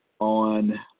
On